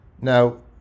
Now